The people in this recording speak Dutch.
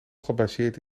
gebaseerd